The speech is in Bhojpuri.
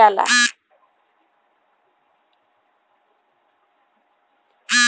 बीमा कइसे कइल जाला?